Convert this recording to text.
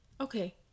okay